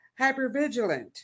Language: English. hypervigilant